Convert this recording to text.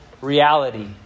reality